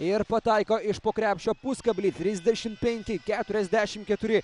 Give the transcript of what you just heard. ir pataiko iš po krepšio pūskablį trisdešim penki keturiasdešim keturi